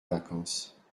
vacances